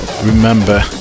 remember